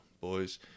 boys